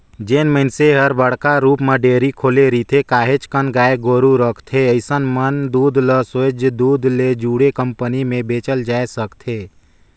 जेन मइनसे हर बड़का रुप म डेयरी खोले रिथे, काहेच कन गाय गोरु रखथे अइसन मन दूद ल सोयझ दूद ले जुड़े कंपनी में बेचल जाय सकथे